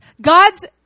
God's